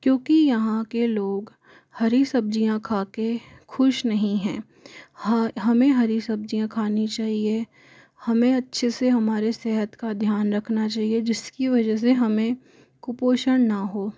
क्योंकि यहाँ के लोग हरी सब्जियाँ खाके खुश नहीं हैं हमें हरी सब्जियाँ खानी चाहिए हमें अच्छी से हमारे सेहत का ध्यान रखना चाहिए जिसकी वजह से हमें कुपोषण ना हो